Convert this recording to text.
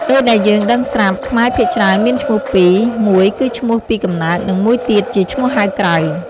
ដូចដែលយើងដឹងស្រាប់ ខ្មែរភាគច្រើនមានឈ្មោះពីរ មួយគឺឈ្មោះពីកំណើត និង មួយទៀតជាឈ្មោះហៅក្រៅ។